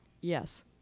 Yes